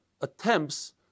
attempts